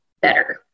better